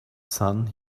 sun